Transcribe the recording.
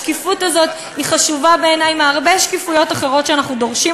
השקיפות הזאת היא חשובה בעיני מהרבה שקיפויות אחרות שאנחנו דורשים,